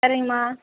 சரிங்கமா